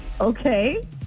okay